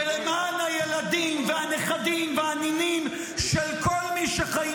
ולמען הילדים והנכדים והנינים של כל מי שחיים